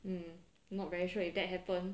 I'm not very sure if that happened